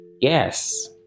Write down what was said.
Yes